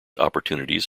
opportunities